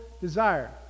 desire